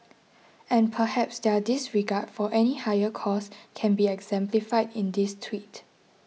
and perhaps their disregard for any higher cause can be exemplified in this tweet